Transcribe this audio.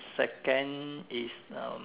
second is now